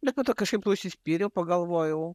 bet po to kažkaip užsispyriau pagalvojau